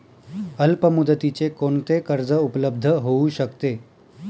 अल्पमुदतीचे कोणते कर्ज उपलब्ध होऊ शकते?